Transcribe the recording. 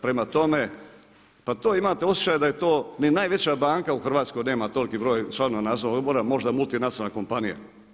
Prema tome, pa to imate osjećaj da je to ni najveća banka u Hrvatskoj nema toliki broj članova Nadzornog odbora, možda multinacionalna kompanija.